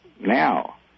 now